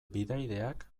bidaideak